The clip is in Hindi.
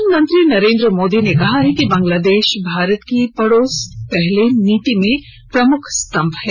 प्रधानमंत्री नरेन्द्र मोदी ने कहा है कि बांग्लादेश भारत की पड़ोस पहले नीति में प्रमुख स्तम्भ है